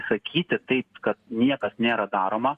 sakyti taip kad niekas nėra daroma